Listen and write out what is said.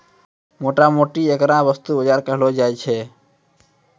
मोटा मोटी ऐकरा वस्तु बाजार कहलो जाय छै